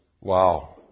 Wow